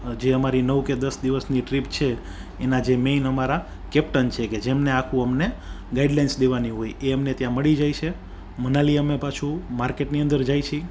જે અમારી નવ કે દસ દિવસની ટ્રીપ છે એના જે મેઈન અમારા કેપ્ટન છે કે જેમને આખું અમને ગાઈડલાઈન્સ દેવાની હોય એ અમને ત્યાં મળી જાય સે મનાલીએ અમે પાછું માર્કેટની અંદર જઈએ છીએ